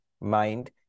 mind